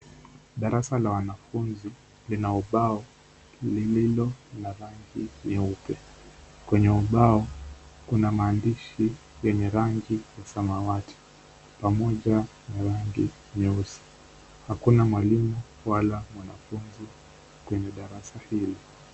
Darasa la wanafunzi lina ubao lililo na rangi nyeupe .Kwenye ubao kuna maandishi yenye rangi ya samawati pamoja na rangi nyeusi .Hakuna mwalimu wala mwanafunzi kwenye darasa hilo.